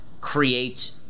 create